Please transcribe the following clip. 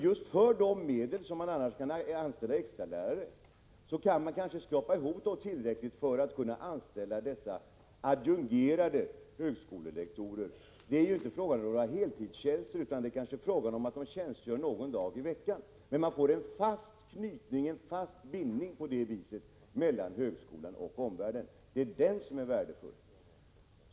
Av de medel som annars används för att anställa extra lärare kan man kanske skrapa ihop tillräckligt för att anställa dessa adjungerade högskolelektorer. Det är inte fråga om några heltidstjänster, utan de kanske skall tjänstgöra någon dag i veckan. Men på det viset får man en fast bindning mellan högskolan och omvärlden. Det är den som är värdefull.